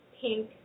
Pink